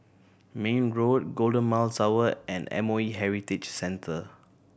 Mayne Road Golden Mile Tower and M O E Heritage Center